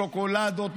שוקולדות,